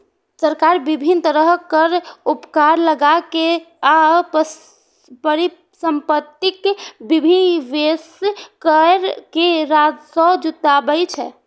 सरकार विभिन्न तरहक कर, उपकर लगाके आ परिसंपत्तिक विनिवेश कैर के राजस्व जुटाबै छै